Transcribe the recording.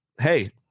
hey